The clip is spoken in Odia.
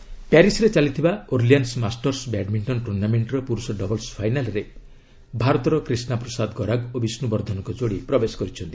ବ୍ୟାଡ୍ମିଣ୍ଟନ ପ୍ୟାରିଶ୍ରେ ଚାଲିଥିବା ଓର୍ଲିଆନ୍ ମାଷ୍ଟର୍ସ୍ ବ୍ୟାଡ୍ମିଣ୍ଟନ୍ ଟୁର୍ଣ୍ଣାମେଣ୍ଟର ପୁରୁଷ ଡବଲ୍ବର ଫାଇନାଲ୍ରେ ଭାରତର କ୍ରିଷ୍ଣା ପ୍ରସାଦ ଗରାଗ ଓ ବିଷ୍ଣୁ ବର୍ଦ୍ଧନଙ୍କ ଯୋଡ଼ି ପ୍ରବେଶ କରିଛନ୍ତି